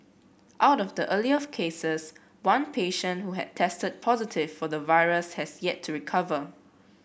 out of the earlier cases one patient who had tested positive for the virus has yet to recover